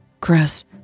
Chris